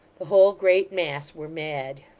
the whole great mass were mad.